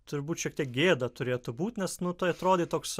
turbūt šiek tiek gėda turėtų būti nes nu tai atrodė toks